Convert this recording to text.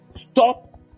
stop